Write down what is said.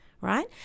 right